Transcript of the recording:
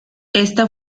esta